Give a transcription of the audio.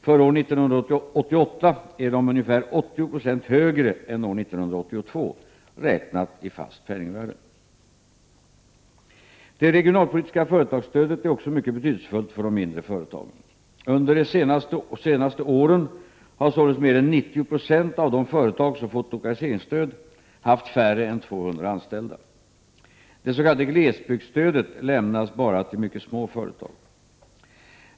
För år 1988 är de ca 80 0 högre än år 1982, räknat i fast penningvärde. Det regionalpolitiska företagsstödet är också mycket betydelsefullt för de mindre företagen. Under de senaste åren har således mer än 90 90 av de företag som fått lokaliseringsstöd haft färre än 200 anställda. Det s.k. glesbygdsstödet lämnas endast till mycket små företag.